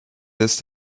this